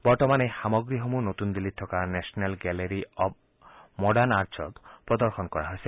বৰ্তমান এই সামগ্ৰীসমূহ নতুন দিল্লীত থকা নেশ্যনেল গেলেৰী অব মডাৰ্ণ আৰ্টত প্ৰদৰ্শণ কৰা হৈছে